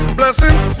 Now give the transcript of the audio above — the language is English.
blessings